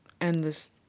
endless